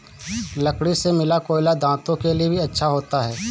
लकड़ी से मिला कोयला दांतों के लिए भी अच्छा होता है